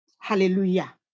Hallelujah